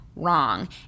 wrong